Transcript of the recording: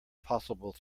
possible